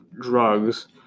drugs